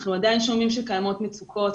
אנחנו עדיין שומעים שקיימות מצוקות,